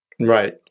Right